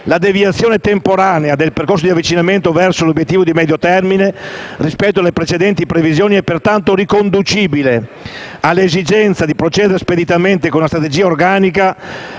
La deviazione temporanea dal percorso di avvicinamento verso l'Obiettivo di medio termine rispetto alle precedenti previsioni è pertanto riconducibile all'esigenza di procedere speditamente, con una strategia organica,